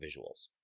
visuals